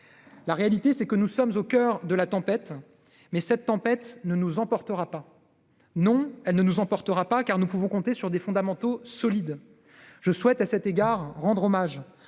La réalité, c'est que nous sommes au coeur de la tempête, mais que cette tempête ne nous emportera pas. Non, elle ne nous emportera pas, car nous pouvons compter sur des fondamentaux solides. Je souhaite à cet égard rendre hommage